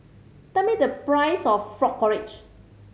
tell me the price of frog porridge